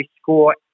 score